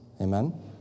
Amen